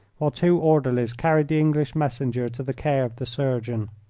while two orderlies carried the english messenger to the care of the surgeon.